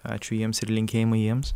ačiū jiems ir linkėjimai jiems